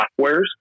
softwares